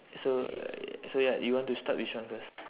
so uh yeah so ya you want to start which one first